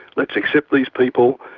let's accept these people,